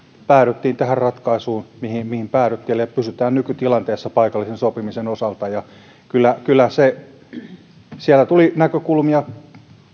päädyttiin tähän ratkaisuun mihin mihin päädyttiin eli pysytään nykytilanteessa paikallisen sopimisen osalta kyllä kyllä siellä tuli näkökulmia